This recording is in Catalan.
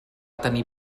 tenir